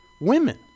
women